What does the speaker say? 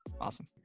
awesome